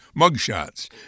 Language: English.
mugshots